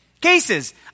Cases